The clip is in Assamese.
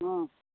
অঁ